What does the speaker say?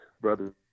brother